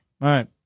right